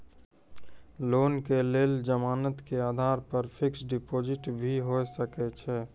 Loan के लेल जमानत के आधार पर फिक्स्ड डिपोजिट भी होय सके छै?